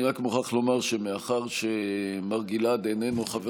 אני רק מוכרח לומר שמאחר שמר גלעד איננו חבר